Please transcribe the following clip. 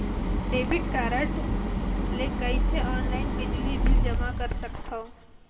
Debit card ले कइसे online बिजली बिल जमा कर सकथव?